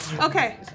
Okay